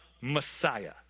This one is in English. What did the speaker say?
Messiah